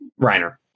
Reiner